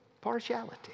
partiality